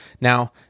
Now